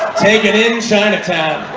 take it in china town.